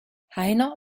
heiner